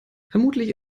vermutlich